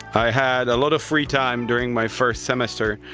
i had a lot of free time during my first semester,